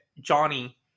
Johnny